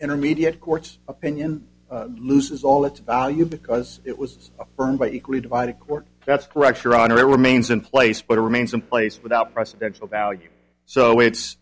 intermediate court's opinion loses all its value because it was affirmed by equally divided court that's correct your honor it remains in place but it remains in place without presidential value so it's